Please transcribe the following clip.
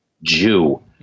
jew